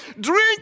Drink